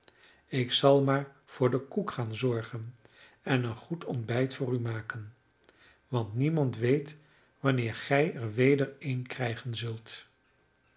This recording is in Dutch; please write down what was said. ik zal maar voor den koek gaan zorgen en een goed ontbijt voor u maken want niemand weet wanneer gij er weder een krijgen zult